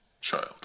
child